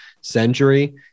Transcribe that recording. century